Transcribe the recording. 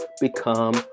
become